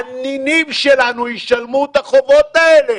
הנינים שלנו ישלמו את החובות האלה.